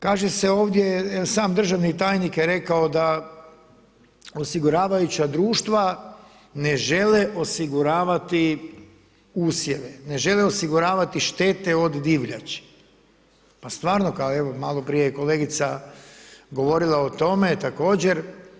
Kaže se ovdje, sam državni tajnik je rekao da osiguravajuća društva ne žele osiguravati usjeve, ne žele osiguravati štete od divljači, pa stvarno, evo malo prije je kolegica govorila o tome također.